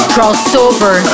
Crossover